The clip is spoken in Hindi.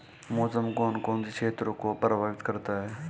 मौसम कौन कौन से क्षेत्रों को प्रभावित करता है?